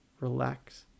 relax